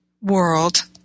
world